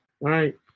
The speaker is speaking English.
right